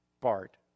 Bart